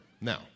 Now